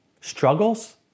Struggles